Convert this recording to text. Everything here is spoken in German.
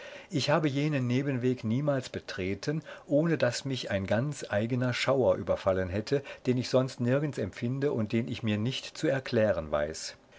ich habe jenen nebenweg niemals betreten ohne daß mich ein ganz eigener schauer überfallen hätte den ich sonst nirgends empfinde und den ich mir nicht zu erklären weiß